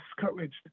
discouraged